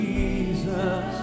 Jesus